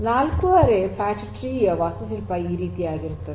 4 ary fat tree ಯ ವಾಸ್ತುಶಿಲ್ಪ ಈ ರೀತಿಯಾಗಿರುತ್ತದೆ